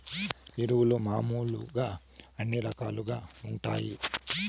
ఎరువులు మామూలుగా ఎన్ని రకాలుగా వుంటాయి?